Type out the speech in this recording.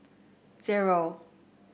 zero